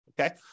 okay